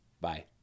Bye